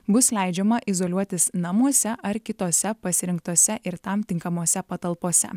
bus leidžiama izoliuotis namuose ar kitose pasirinktose ir tam tinkamose patalpose